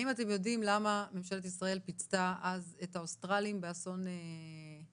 האם אתם יודעים למה ממשלת ישראל פיצתה אז את האוסטרלים באסון המכביה?